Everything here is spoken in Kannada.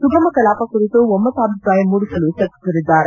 ಸುಗಮ ಕಲಾಪ ಕುರಿತು ಒಮ್ಮತಾಭಿಪ್ರಾಯ ಮೂಡಿಸಲು ಚರ್ಚಿಸಲಿದ್ದಾರೆ